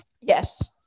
Yes